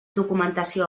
documentació